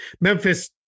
memphis